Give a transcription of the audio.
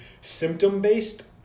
symptom-based